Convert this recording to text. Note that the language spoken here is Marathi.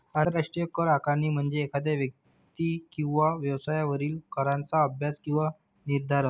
आंतरराष्ट्रीय कर आकारणी म्हणजे एखाद्या व्यक्ती किंवा व्यवसायावरील कराचा अभ्यास किंवा निर्धारण